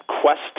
quest